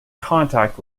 contact